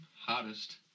hottest